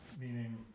Meaning